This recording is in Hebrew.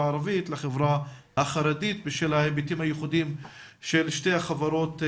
הערבית ולחברה החרדית בשל ההיבטים הייחודיים של שתי החברות.